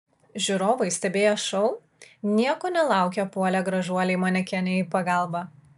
žiūrovai stebėję šou nieko nelaukę puolė gražuolei manekenei į pagalbą